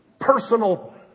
personal